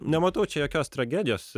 nematau čia jokios tragedijos